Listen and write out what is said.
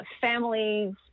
families